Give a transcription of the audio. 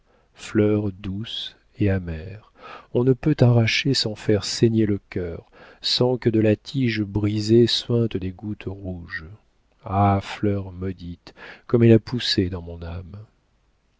douce et amère on ne peut t'arracher sans faire saigner le cœur sans que de ta tige brisée suintent des gouttes rouges ah fleur maudite comme elle a poussé dans mon âme